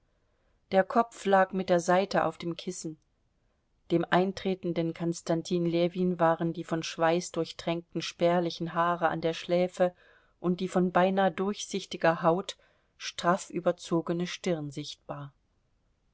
der kopf lag mit der seite auf dem kissen dem eintretenden konstantin ljewin waren die von schweiß durchtränkten spärlichen haare an der schläfe und die von beinah durchsichtiger haut straff überzogene stirn sichtbar